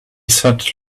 sat